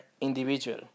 individual